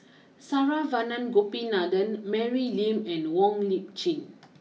Saravanan Gopinathan Mary Lim and Wong Lip Chin